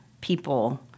people